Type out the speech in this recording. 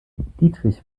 dietrich